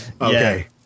Okay